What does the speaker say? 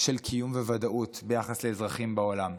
של קיום וודאות ביחס לאזרחים בעולם.